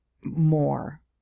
more